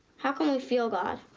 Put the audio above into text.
how can we feel god?